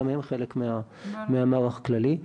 גם הם חלק מהמערך הכללי,